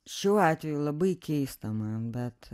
šiuo atveju labai keista man bet